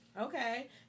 Okay